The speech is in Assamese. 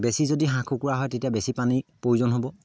বেছি যদি হাঁহ কুকুৰা হয় তেতিয়া বেছি পানীৰ প্ৰয়োজন হ'ব